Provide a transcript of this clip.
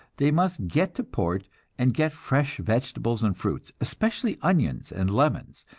they must get to port and get fresh vegetables and fruits, especially onions and lemons,